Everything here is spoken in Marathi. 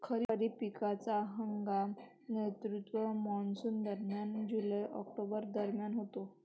खरीप पिकांचा हंगाम नैऋत्य मॉन्सूनदरम्यान जुलै ऑक्टोबर दरम्यान होतो